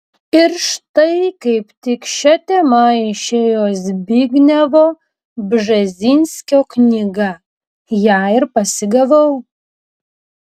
ir štai kaip tik šia tema išėjo zbignevo bžezinskio knyga ją ir pasigavau